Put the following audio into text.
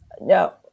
No